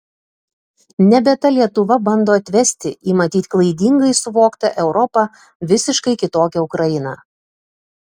nebe ta lietuva bando atvesti į matyt klaidingai suvoktą europą visiškai kitokią ukrainą